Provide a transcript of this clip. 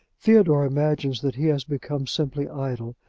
theodore imagines that he has become simply idle,